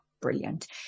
brilliant